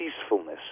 peacefulness